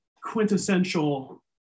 quintessential